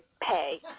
pay